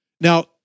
Now